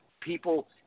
people